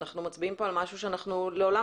ואנחנו מצביעים פה על משהו שאנחנו לעולם